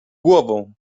głową